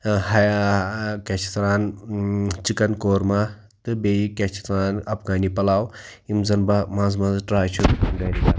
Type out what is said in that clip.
کیٛاہ چھِ اَتھ وَنان چِکَن کورما تہٕ بیٚیہِ کیاہ چھِ اَتھ وَنان اَفغٲنی پَلاو یِم زَن بہٕ منٛزٕ منٛزٕ ٹرٛاے چھُس